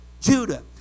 Judah